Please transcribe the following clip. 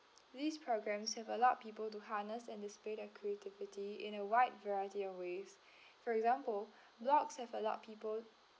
these programs have allowed people to harness and display their creativity in a wide variety of ways for example blogs have allowed people